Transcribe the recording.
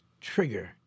trigger